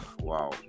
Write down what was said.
wow